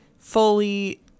fully